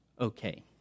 okay